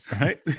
right